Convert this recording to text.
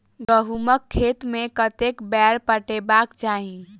गहुंमक खेत केँ कतेक बेर पटेबाक चाहि?